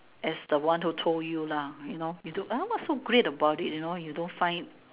as the one who told you lah you know you took [huh] what's so great about it you know you don't find